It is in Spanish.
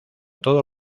todos